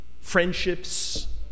Friendships